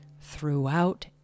throughout